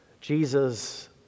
Jesus